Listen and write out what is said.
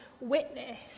witness